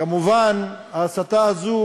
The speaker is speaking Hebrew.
כמובן, ההסתה הזאת